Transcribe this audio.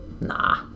Nah